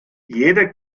jeder